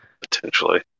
potentially